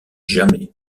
jamais